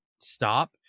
stop